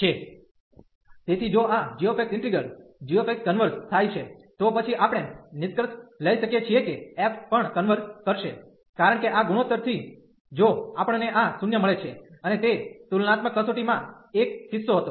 તેથી જો આ g ઇન્ટિગલ g કન્વર્ઝ થાય છે તો પછી આપણે નિષ્કર્ષ લઈ શકીએ છીએ કે f પણ કન્વર્ઝ કરશે કારણ કે આ ગુણોતર થી જો આપણને આ 0 મળે છે અને તે તુલનાત્મક કસોટી માં એક કિસ્સો હતો